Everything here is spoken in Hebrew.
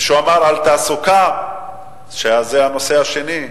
הוא אמר שהתעסוקה היא הנושא השני,